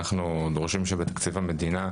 אנחנו דורשים שעכשיו בתקציב המדינה,